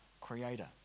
Creator